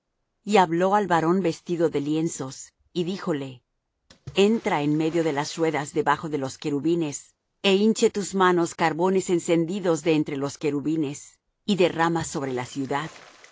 y habló al varón vestido de lienzos y díjole entra en medio de la ruedas debajo de los querubines é hinche tus manos carbones encendidos de entre los querubines y derrama sobre la ciudad